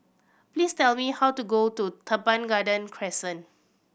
please tell me how to go to Teban Garden Crescent